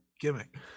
Gimmick